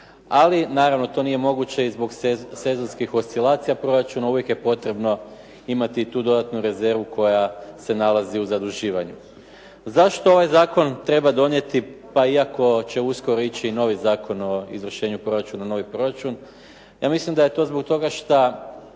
Ali naravno to nije moguće i zbog sezonskih oscilacija proračuna. Uvijek je potrebno imati i tu dodatnu rezervu koja se nalazi u zaduživanju. Zašto ovaj zakon treba donijeti pa iako će uskoro ići i novi Zakon o izvršenju proračuna, novi proračun. Ja mislim da je to zbog toga šta